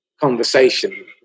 conversation